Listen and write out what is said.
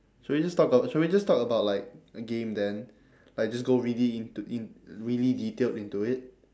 should we just talk about should we just talk about like a game then like just go really into in~ really detailed into it